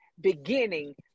beginning